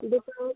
दुकान